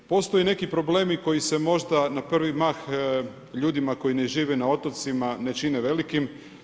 Postoji neke problemi, koji se možda, na prvi mah, ljudima koji ne žive na otocima ne čine velikim.